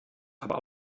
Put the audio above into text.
aber